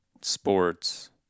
sports